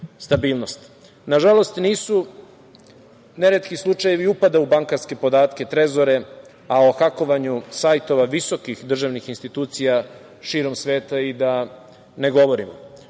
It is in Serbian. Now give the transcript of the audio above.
stabilnost. Nažalost, nisu neretki slučajevi upada u bankarske podatke, trezore, a o hakovanju sajtova visokih državnih institucija širom sveta da i ne govorimo.